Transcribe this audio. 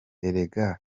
erega